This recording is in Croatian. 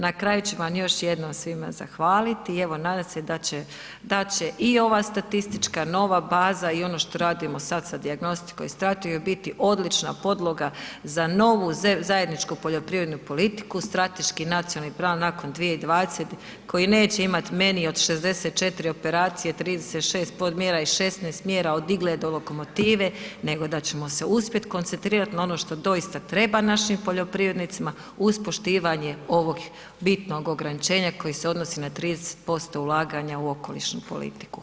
Na kraju ću vam još jednom svima zahvaliti i evo nadat se da će, da će i ova statistička nova baza i ono što radimo sad sa dijagnostikom i strategijom, biti odlična podloga za novu zajedničku poljoprivrednu politiku, strateški nacionalni i pravni nakon 2020.g. koji neće imati meni od 64 operacije, 36 podmjera i 16 mjera od igle do lokomotive, nego da ćemo se uspjet koncentrirat na ono što doista treba našim poljoprivrednicima uz poštivanje ovog bitnog ograničenja koji se odnosi na 30% ulaganja u okolišnu politiku.